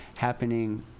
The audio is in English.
happening